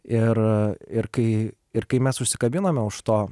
ir ir kai ir kai mes užsikabinome už to